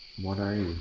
what are